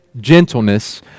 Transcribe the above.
gentleness